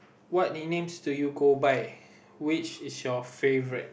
what nicknames do you go by which is your favorites